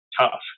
tough